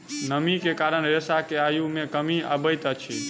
नमी के कारण रेशा के आयु मे कमी अबैत अछि